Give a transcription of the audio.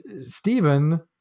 Stephen